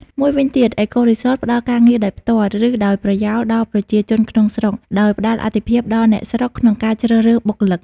មួយវិញទៀត អេកូរីសត ផ្តល់ការងារដោយផ្ទាល់ ឬដោយប្រយោលដល់ប្រជាជនក្នុងស្រុក ដោយផ្តល់អាទិភាពដល់អ្នកស្រុកក្នុងការជ្រើសរើសបុគ្គលិក។